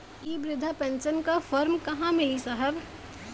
इ बृधा पेनसन का फर्म कहाँ मिली साहब?